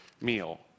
meal